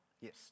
Yes